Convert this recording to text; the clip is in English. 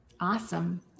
awesome